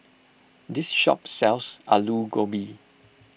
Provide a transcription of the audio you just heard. this shop sells Aloo Gobi